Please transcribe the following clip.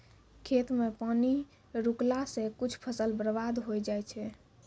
खेत मे पानी रुकला से कुछ फसल बर्बाद होय जाय छै